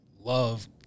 love